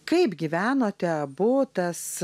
kaip gyvenote abu tas